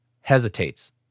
Hesitates